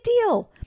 deal